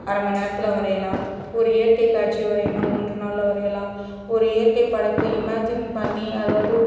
அரை மணி நேரத்தில் வரையலாம் ஒரு இயற்கைக் காட்சியை வரையணுன்னால் மூன்று நாளில் வரையலாம் ஒரு இயற்கை படைப்பு இமாஜின் பண்ணி அதாவது